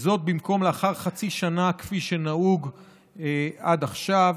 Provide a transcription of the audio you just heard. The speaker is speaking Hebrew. וזאת במקום לאחר חצי שנה כפי שנהוג עד עכשיו.